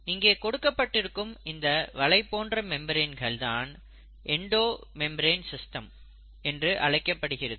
இங்கே கொடுக்கப்பட்டிருக்கும் இந்த வலை போன்ற மெம்பரேன்கள் தான் எண்டோ மெம்பரேன் சிஸ்டம் என்று அழைக்கப்படுகிறது